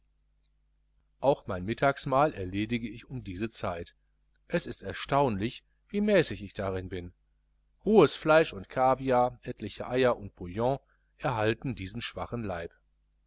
auch mein mittagsmahl erledige ich um diese zeit es ist erstaunlich wie mäßig ich darin bin rohes fleisch und caviar etliche eier und bouillon erhalten diesen schwachen leib